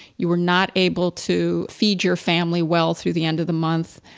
you were not able to feed your family well through the end of the month.